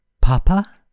Papa